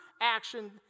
action